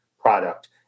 product